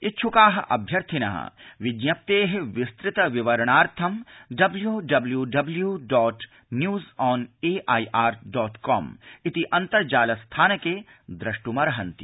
इच्छुकाः अभ्यर्थिनः विज्ञप्तेः विस्तृत विवरणार्थं W W W dot news on AIR dot com इति अन्तर्जाल स्थानके द्रष्टमर्हन्ति